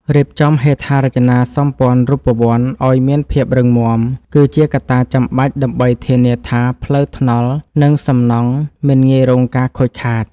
រៀបចំហេដ្ឋារចនាសម្ព័ន្ធរូបវន្តឱ្យមានភាពរឹងមាំគឺជាកត្តាចាំបាច់ដើម្បីធានាថាផ្លូវថ្នល់និងសំណង់មិនងាយរងការខូចខាត។